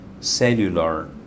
cellular